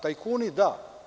Tajkuni da.